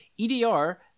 EDR